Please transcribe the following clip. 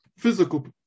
physical